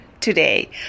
today